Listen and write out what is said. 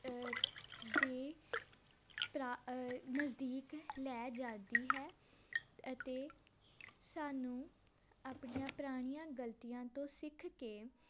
ਦੇ ਪ੍ਰਾ ਨਜ਼ਦੀਕ ਲੈ ਜਾਦੀ ਹੈ ਅਤੇ ਸਾਨੂੰ ਆਪਣੀਆਂ ਪੁਰਾਣੀਆਂ ਗਲਤੀਆਂ ਤੋਂ ਸਿੱਖ ਕੇ